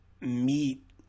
meet